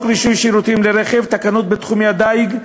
רישוי שירותים לרכב ותקנות בתחומי הדיג,